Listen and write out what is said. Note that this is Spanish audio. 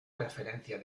referencia